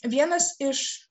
vienas iš